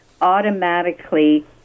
automatically